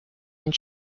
and